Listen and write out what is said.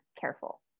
careful